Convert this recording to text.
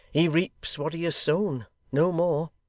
he reaps what he has sown no more